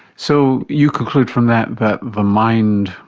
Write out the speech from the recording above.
so you conclude from that that the mind,